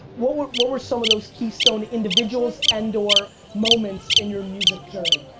what were what were some of those keystone individuals and or moments in your music journey?